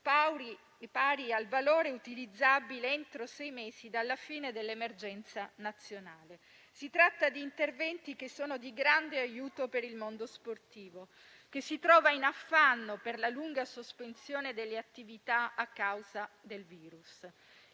pari valore, utilizzabile entro sei mesi dalla fine dell'emergenza nazionale. Si tratta di interventi di grande aiuto per il mondo sportivo, che si trova in affanno per la lunga sospensione delle attività a causa del virus.